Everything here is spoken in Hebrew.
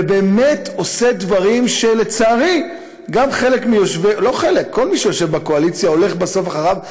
ובאמת עושה דברים שלצערי כל מי שיושב בקואליציה הולך בסוף אחריו.